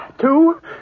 Two